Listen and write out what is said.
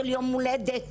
של יום הולדת,